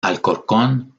alcorcón